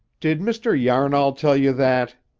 did mr. yarnall tell you that?